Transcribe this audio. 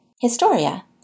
Historia